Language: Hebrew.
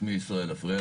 שמי ישראל אפריאט.